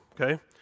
okay